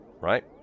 Right